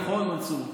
נכון, מנסור?